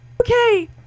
okay